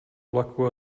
vlaku